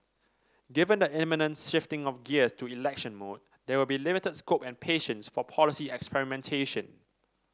given the imminent shifting of gears to election mode there will be limited scope and patience for policy experimentation